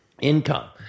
income